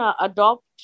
adopt